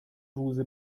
روز